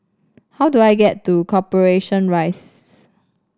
how do I get to Corporation Rise